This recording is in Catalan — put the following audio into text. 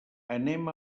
anem